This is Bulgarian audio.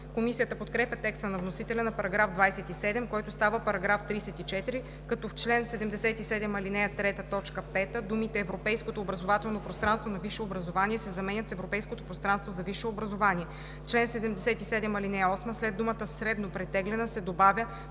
Комисията подкрепя текста на вносителя на § 27, който става § 34, като в чл. 77, ал. 3, т. 5 думите „европейското образователно пространство на висше образование“ се заменят с „европейското пространство за висше образование“; в чл. 77, ал. 8 след думата „среднопретеглена“ се добавя